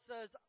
says